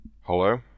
Hello